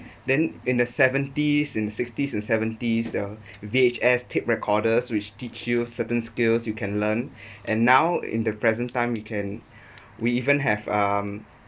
then in the seventies and sixties and seventies the V_H_S tape recorders which teach you certain skills you can learn and now in the present time you can we even have um